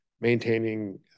maintaining